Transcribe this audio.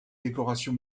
décoration